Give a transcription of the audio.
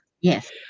Yes